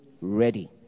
ready